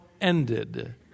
ended